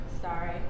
sorry